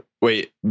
wait